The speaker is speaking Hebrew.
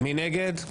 מי נגד?